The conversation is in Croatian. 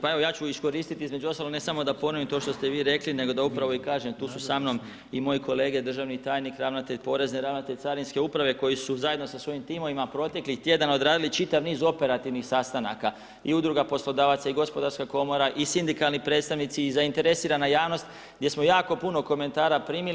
Pa evo, ja ću iskoristiti između ostaloga ne samo da ponovim to što ste vi rekli, nego da upravo i kažem tu su sa mnom i moje kolege, državni tajnik, ravnatelj porezne, ravnatelj carinske uprave koji su zajedno sa svojim timovima proteklih tjedana odradili čitav niz operativnih sastanaka i Udruga poslodavaca i HGK i Sindikalni predstavnici i zainteresirana javnost, gdje smo jako puno komentara primili.